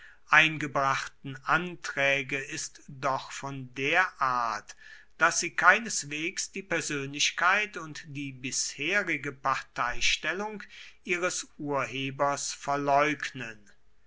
eingebrachten anträge ist doch von der art daß sie keineswegs die persönlichkeit und die bisherige parteistellung ihres urhebers verleugnen